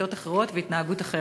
שיטות אחרות והתנהגות אחרת.